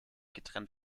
getrennt